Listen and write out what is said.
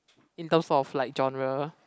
in terms of like genre